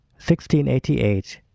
1688